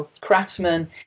craftsmen